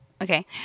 okay